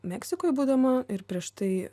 meksikoj būdama ir prieš tai